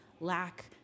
lack